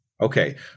Okay